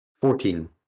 Fourteen